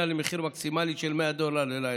למחיר מקסימלי של 100 דולר ללילה.